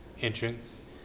entrance